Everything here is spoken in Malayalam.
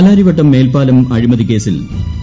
പാലാരിവട്ടം മേൽപ്പാല അഴിമതിക്കേസിൽ ടി